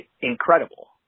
incredible